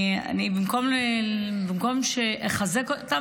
במקום שאחזק אותם,